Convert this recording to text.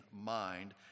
mind